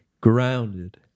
grounded